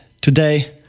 today